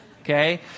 okay